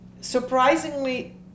surprisingly